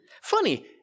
Funny